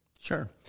Sure